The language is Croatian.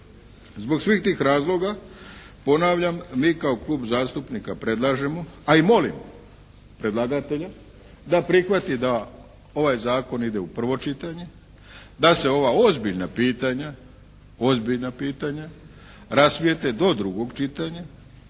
Zbog svih tih razloga, ponavljam, mi kao klub zastupnika predlažemo, a i molimo predlagatelja da prihvati da ovaj zakon ide u prvo čitanje, da se ova ozbiljna pitanja, ozbiljna pitanja